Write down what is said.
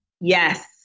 Yes